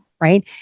right